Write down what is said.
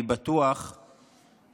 אני בטוח שאתם,